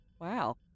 Wow